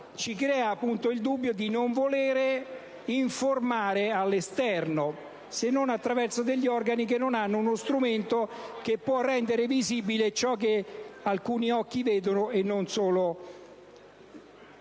ci crea il dubbio di non volere informare l'esterno, se non attraverso organi che non hanno uno strumento che può rendere visibile ciò che alcuni occhi vedono. È un